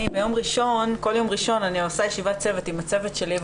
בכל יום ראשון אני עושה ישיבת צוות עם הצוות שלי,